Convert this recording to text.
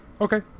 Okay